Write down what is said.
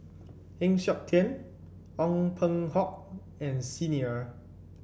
Heng Siok Tian Ong Peng Hock and Xi Ni Er